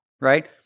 right